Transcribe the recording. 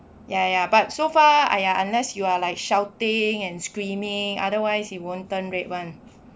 ya ya but so far !aiya! unless you are like shouting and screaming otherwise you won't turn red [one]